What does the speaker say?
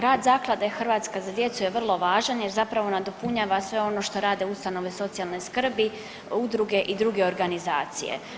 Rad Zaklade „Hrvatska za djecu“ je vrlo važan jer zapravo nadopunjava sve ono što rade ustanove socijalne skrbi, udruge i druge organizacije.